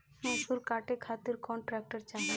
मैसूर काटे खातिर कौन ट्रैक्टर चाहीं?